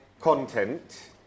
content